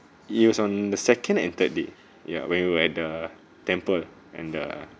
he was on the second and third day ya when we were at the temple and err